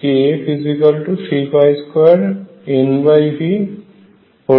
kF32NV32